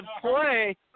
play